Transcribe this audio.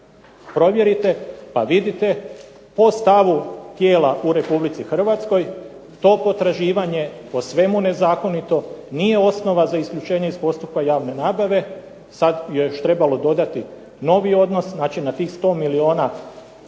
Provjerite pa vidite po stavu tijela u Republici Hrvatskoj to potraživanje po svemu nezakonito nije osnova za isključenje iz postupka javne nabave. Sada još trebalo dodati novi odnosi. Znači na tih 100 milijuna treba